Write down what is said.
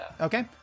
Okay